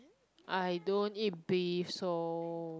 I don't eat beef so